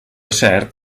cert